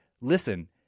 listen